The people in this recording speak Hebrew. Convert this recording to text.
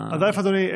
אז אדוני,